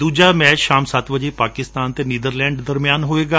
ਦੁਜਾ match ਸ਼ਾਮ ਸਤ ਵਜੇ ਪਾਕਿਸਤਾਨ ਅਤੇ ਨੀਦਰਲੈਂਡ ਦਰਮਿਆਨ ਹੋਵੇਗਾ